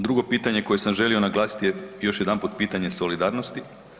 Drugo pitanje koje sam želio naglasiti je još jedanput pitanje solidarnosti.